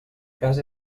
cas